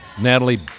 natalie